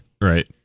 Right